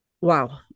Wow